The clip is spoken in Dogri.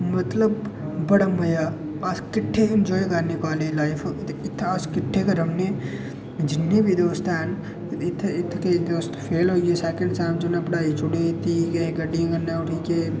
मतलब बड़ा मज़ा अस किट्ठे एंजाय करने अपनी कालेज लाइफ इत्थै अस किट्ठे गै रौह्न्नें जिन्ने बी दोस्त हैन इत्थै इत्थै केईं दोस्त फेल बी होई गे सेकन सैम च उ'नें पढ़ाई छोड़ी दित्ती केईं गड्डियें कन्नै उठी गे